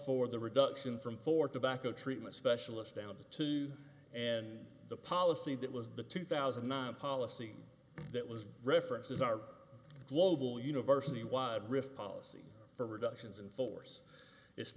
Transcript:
for the reduction from four tobacco treatment specialist down to two and the policy that was the two thousand and nine policy that was references are global university wod rif policy for reductions in force it's